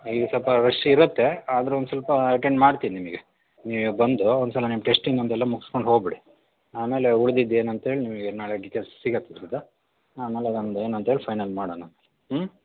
ಈಗ ಸ್ವಲ್ಪ ರಶ್ ಇರುತ್ತೆ ಆದರೂ ಒಂದು ಸ್ವಲ್ಪ ಅಟೆಂಡ್ ಮಾಡ್ತೀನಿ ನಿಮಗೆ ನೀವೇ ಬಂದು ಒಂದ್ಸಲ ನಿಮ್ಮ ಟೆಶ್ಟಿಂಗೊಂದೆಲ್ಲ ಮುಗಿಸ್ಕೊಂಡು ಹೋಬಿಡಿ ಆಮೇಲೆ ಉಳ್ದಿದ್ದು ಏನಂತಹೇಳಿ ನಿಮಗೆ ನಾಳೆ ಡಿಟೇಲ್ಸ್ ಸಿಗುತ್ತೆ ಇದರದ್ದು ಆಮೇಲೆ ನಮ್ದು ಏನಂಥೇಳಿ ಫೈನಲ್ ಮಾಡೋಣ